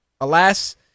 alas